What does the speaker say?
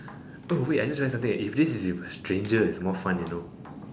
oh wait I just realised something eh if this is with a stranger it'll be more fun you know